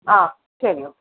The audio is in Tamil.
ஆ சரி ஓகே